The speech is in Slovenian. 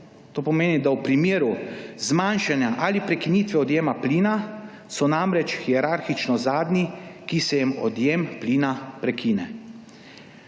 To pomeni, da so v primeru zmanjšanja ali prekinitve odjema plina hierarhično zadnji, ki se jim odjem plina prekine.